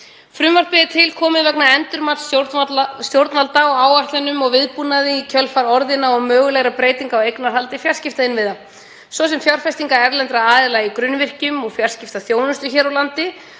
Frumvarpið er til komið vegna endurmats stjórnvalda á áætlunum og viðbúnaði í kjölfar orðinna og mögulegra breytinga á eignarhaldi fjarskiptainnviða, svo sem fjárfestinga erlendra aðila í grunnvirkjum og fjarskiptaþjónustu hér á landi.